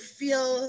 feel